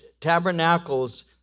Tabernacles